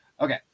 Okay